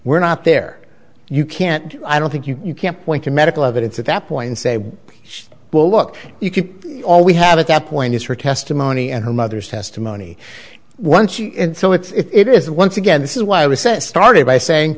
were not there you can't i don't think you can point to medical evidence at that point say well look you can all we have at that point is her testimony and her mother's testimony once she and so it's it is once again this is why i was started by saying